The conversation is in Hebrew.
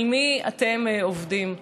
על מי אתם עובדים?